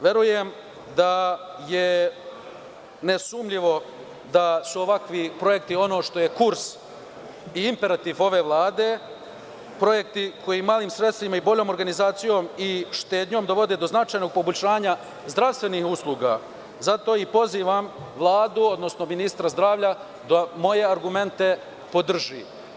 Verujem da je nesumnjivo da su ovakvi projekti ono što je kurs i imperativ ove Vlade, projekti koji malim sredstvima i boljom organizacijom i štednjom dovode do značajnog poboljšanja zdravstvenih usluga, zato i pozivam Vladu, odnosno ministra zdravlja da moje argumente podrži.